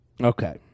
Okay